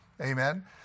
Amen